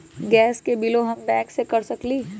Gas के बिलों हम बैंक से कैसे कर सकली?